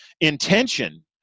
intention –